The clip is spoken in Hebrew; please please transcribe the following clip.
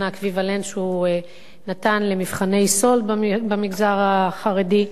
האקוויוולנט שהוא נתן למבחני סאלד במגזר החרדי,